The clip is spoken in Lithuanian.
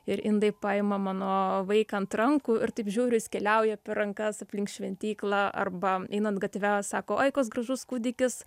ir indai paima mano vaiką ant rankų ir taip žiūriu jis keliauja per rankas aplink šventyklą arba einant gatve sako oi koks gražus kūdikis